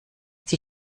die